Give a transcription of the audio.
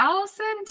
Allison